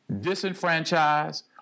disenfranchised